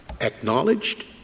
acknowledged